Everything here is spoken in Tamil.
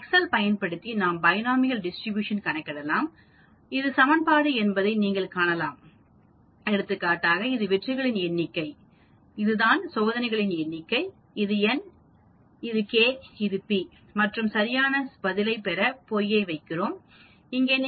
எக்செல் பயன்படுத்தி நாம் பைனோமியல் டிஸ்ட்ரிபியூஷன் கணக்கிடலாம் இது சமன்பாடு என்பதை நீங்கள் காணலாம் எடுத்துக்காட்டாக இது வெற்றிகளின் எண்ணிக்கை இதுதான் சோதனைகளின் எண்ணிக்கை இது n இது k இது p மற்றும் இங்கே சரியான பதிலைப் பெற பொய்யை வைக்கிறோம் இங்கே